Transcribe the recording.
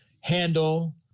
handle